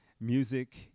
music